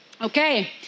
Okay